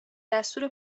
دستور